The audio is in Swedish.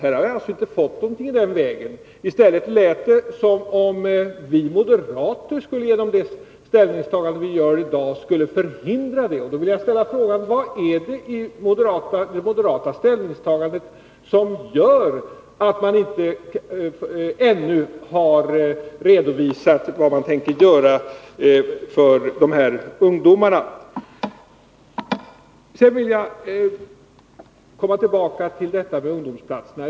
Vi har inte fått någonting i den vägen. Det lät som om vi moderater skulle göra det ställningstagandet vi gör i dag för att förhindra detta. Då vill jag ställa frågan: Vad är det i det moderata ställningstagandet som gör att man inte ännu har redovisat vad man tänker göra för dessa ungdomar? Jag vill komma tillbaka till ungdomsplatserna.